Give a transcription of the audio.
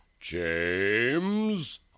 James